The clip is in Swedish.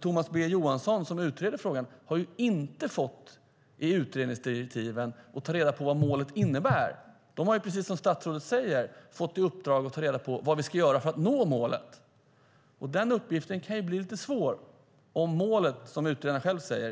Thomas B Johansson som utreder frågan har i utredningsdirektivet inte fått uppdraget att ta reda på vad målet innebär. De har, precis som statsrådet säger, fått i uppdrag att ta reda på vad vi ska göra för att nå målet. Den uppgiften kan ju bli lite svår om målet är höljt i dunkel, som utredarna själva säger.